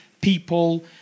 people